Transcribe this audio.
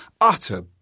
utter